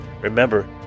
remember